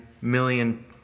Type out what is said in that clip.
million